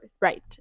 Right